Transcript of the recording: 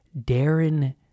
Darren